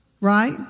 Right